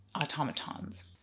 automatons